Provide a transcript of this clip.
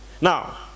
Now